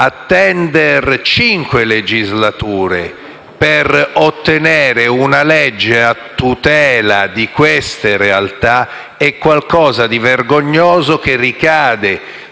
Attendere cinque legislature per ottenere una legge a tutela di queste realtà è qualcosa di vergognoso che ricade